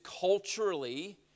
culturally